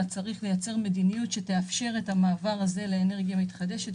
אלא צריך לייצר מדיניות שתאפשר את המעבר לאנרגיה מתחדשת.